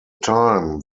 time